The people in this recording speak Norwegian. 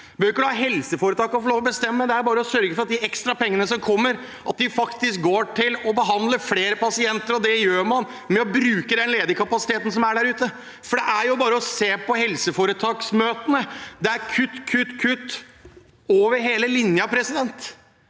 jo ikke å la helseforetakene få bestemme. Det er jo bare å sørge for at de ekstra pengene som kommer, faktisk går til å behandle flere pasienter. Det gjør man ved å bruke den ledige kapasiteten som finnes der ute. Det er bare å se på helseforetaksmøtene: Det er kutt, kutt, kutt over hele linja. Det